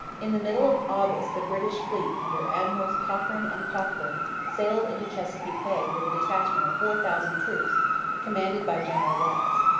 in the middle of august the british fleet under admirals cochrane and cockburn sailed into chesapeake bay with a detachment of four thousand troops commanded by general ross.